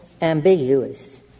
ambiguous